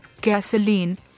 Gasoline